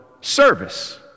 service